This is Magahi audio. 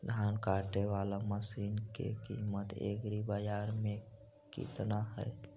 धान काटे बाला मशिन के किमत एग्रीबाजार मे कितना है?